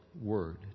word